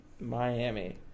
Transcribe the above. Miami